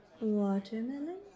Watermelon